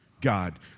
God